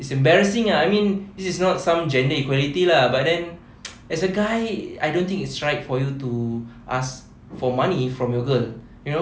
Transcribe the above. it's embarrassing ah I mean this is not some gender inequality lah but then as a guy I don't think it's right for you to ask for money from your girl you know